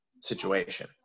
situation